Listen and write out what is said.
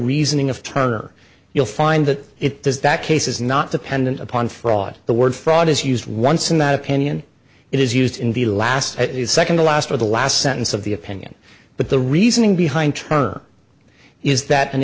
reasoning of turner you'll find that it is that case is not dependent upon fraud the word fraud is used once in that opinion it is used in the last second to last or the last sentence of the opinion but the reasoning behind term is that an